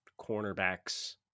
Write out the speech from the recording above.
cornerbacks